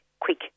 quick